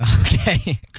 Okay